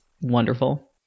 Wonderful